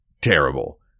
terrible